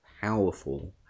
powerful